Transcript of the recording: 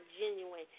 genuine